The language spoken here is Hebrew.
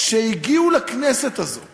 שהגיעו לכנסת הזאת